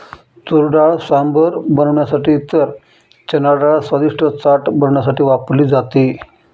तुरडाळ सांबर बनवण्यासाठी तर चनाडाळ स्वादिष्ट चाट बनवण्यासाठी वापरली जाते